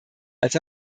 als